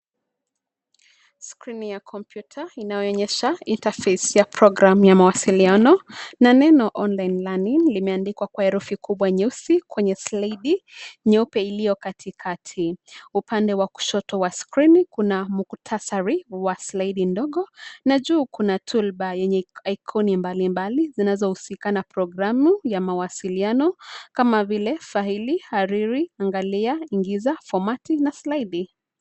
Skrini ya kompyuta inayoonyesha interface ya program ya mawasiliano, na neno Online Learning limeandikwa kwa herufi kubwa nyeusi kwenye slide , nyeupe iliyo kati kati. Upande wa kushoto wa skrini kuna mukhtasari wa slide ndogo, na juu kuna Toolbar yenye ikoni mbalimbali zinazohusika na programu ya mawasiliano, kama vile faili, hariri, angalia, ingiza, fomati na slaidi.